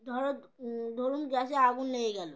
ধরো ধরুন গ্যাসে আগুন লেগে গেল